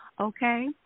okay